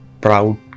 proud